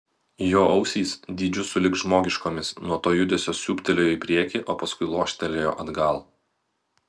jo ausys dydžiu sulig žmogiškomis nuo to judesio siūbtelėjo į priekį o paskui loštelėjo atgal